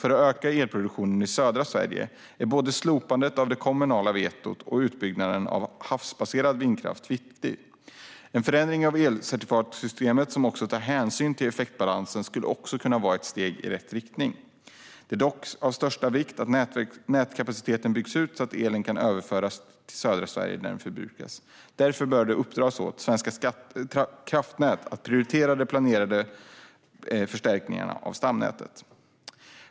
För att öka elproduktionen i södra Sverige är både slopandet av det kommunala vetot och utbyggnaden av havsbaserad vindkraft viktigt. En förändring av elcertifikatssystemet som också tar hänsyn till effektbalans skulle också kunna vara ett steg i rätt riktning. Det är dock av största vikt att nätkapaciteten byggs ut så att elen kan överföras till södra Sverige, där den förbrukas. Det bör därför uppdras åt Svenska kraftnät att prioritera de planerade förstärkningarna av stamnätet.